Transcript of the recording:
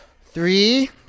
Three